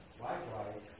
Likewise